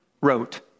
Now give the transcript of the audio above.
wrote